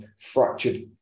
fractured